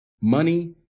Money